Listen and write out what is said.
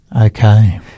Okay